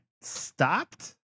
stopped